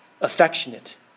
affectionate